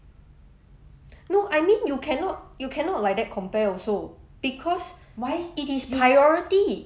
no I mean you cannot you cannot like that compare also because it is priority